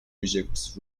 rejects